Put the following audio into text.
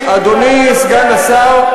אדוני סגן השר,